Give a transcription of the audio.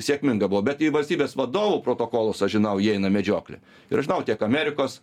sėkminga buvo bet į valstybės vadovų protokolus aš žinau įeina medžioklė ir žinau tiek amerikos